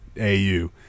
AU